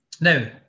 Now